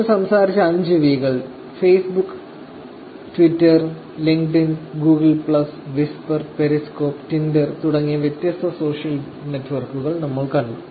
ഞങ്ങൾ സംസാരിച്ച 5 വി കൾ Facebook Twitter Linked Google Plus Whisper Periscope Tinder തുടങ്ങിയ വ്യത്യസ്ത സോഷ്യൽ നെറ്റ്വർക്കുകൾ നമ്മൾ കണ്ടത്